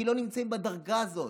כי הם לא נמצאים בדרגה הזאת.